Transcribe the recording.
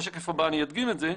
בשקף הבא אני אדגים את זה.